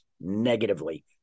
negatively